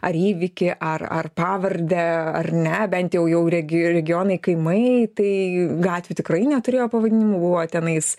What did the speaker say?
ar įvykį ar ar pavardę ar ne bent jau regi regionai kaimai tai gatvių tikrai neturėjo pavadinimų buvo tenais